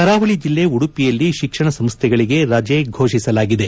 ಕರಾವಳಿ ಜಿಲ್ಲೆ ಉಡುಪಿಯಲ್ಲಿ ಶಿಕ್ಷಣ ಸಂಸ್ಥೆಗಳಿಗೆ ರಜೆ ಘೋಷಿಸಲಾಗಿದೆ